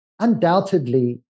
undoubtedly